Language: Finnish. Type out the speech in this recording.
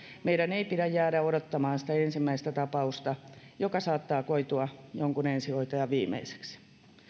meidän ei pidä jäädä odottamaan sitä ensimmäistä tapausta joka saattaa koitua jonkun ensihoitajan viimeiseksi